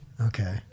Okay